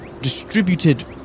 distributed